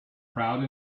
crowd